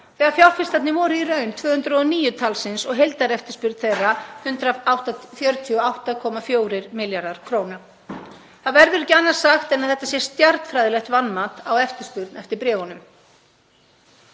þegar fjárfestarnir voru í raun 209 og heildareftirspurn þeirra 148,4 milljarðar kr. Það verður ekki annað sagt en að þetta sé stjarnfræðilegt vanmat á eftirspurn eftir bréfunum.